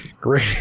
great